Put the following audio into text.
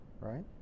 right